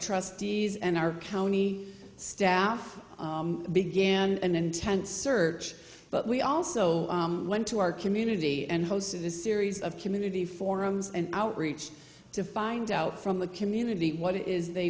trustees and our county staff began an intense search but we also went to our community and this is a series of community forums and outreach to find out from the community what it is they